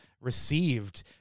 received